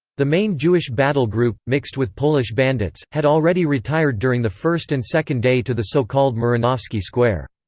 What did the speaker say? the main jewish battle group, mixed with polish bandits, had already retired during the first and second day to the so-called muranowski square.